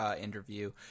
interview